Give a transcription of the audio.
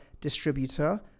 distributor